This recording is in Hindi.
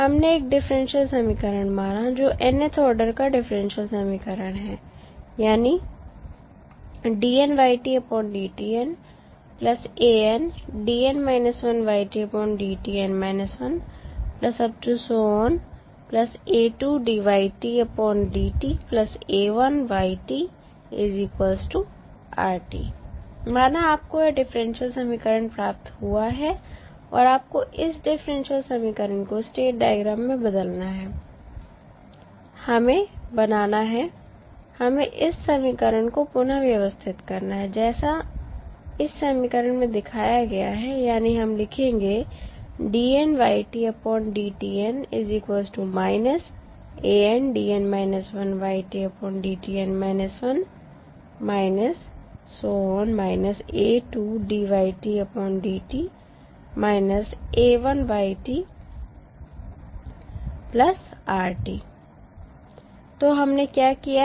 हमने एक डिफरेंशियल समीकरण माना जो nth ऑर्डर का डिफरेंशियल समीकरण है यानी माना आपको यह डिफरेंशियल समीकरण प्राप्त हुआ है और आपको इस डिफरेंशियल समीकरण को स्टेट डायग्राम में बदलना है हमें बनाना है हमें इस समीकरण को पुन व्यवस्थित करना है जैसा इस समीकरण में दिखाया गया है यानी हम लिखेंगे तो हमने क्या किया है